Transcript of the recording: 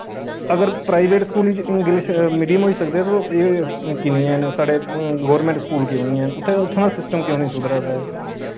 अगर private school च English medium school होई सकदे ते एह् की निं हैन साढ़े गोरमैंट स्कूल क्यूं निं हैन उत्थै उत्थुआं दा सिस्टम क्यूं नेईं सुधरै दा ऐ